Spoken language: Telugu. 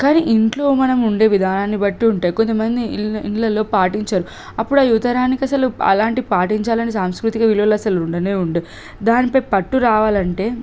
కానీ ఇంట్లో మనం ఉండే విధానాన్ని బట్టి ఉంటుంది కొంతమంది ఇల్ ఇంట్లో పాటించరు అప్పుడు ఆ యువతరానికి అసలు పాటించాలని సాంస్కృతిక విలువలు అసలు ఉండనే ఉండవు దానిపై పట్టు రావాలంటే